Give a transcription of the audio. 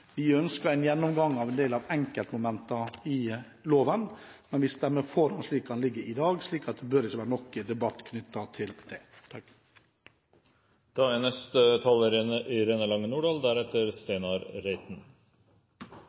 Vi ønsker en gjennomgang av en del av enkeltmomentene i loven, men vi stemmer for den slik den ligger i dag, så det bør ikke være noen debatt knyttet til det. For Senterpartiet står samvirketanken sterkt. Råfiskloven og fiskesalgslagene er